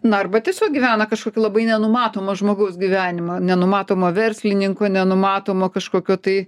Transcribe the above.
na arba tiesiog gyvena kažkokį labai nenumatomą žmogaus gyvenimą nenumatomo verslininko nenumatomo kažkokio tai